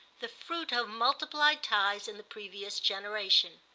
the fruit of multiplied ties in the previous generation.